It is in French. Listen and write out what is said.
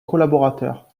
collaborateur